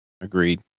Agreed